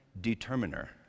determiner